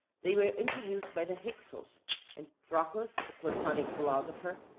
they were introduced by the hyksos and proclus, the platonic philosopher,